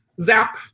Zap